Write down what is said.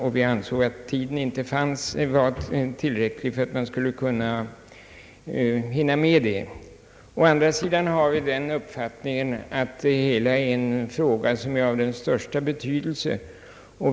Vi har ansett att tiden inte räcker till för en sådan planering. Å andra sidan har vi den uppfattningen att frågan är av den största betydelse.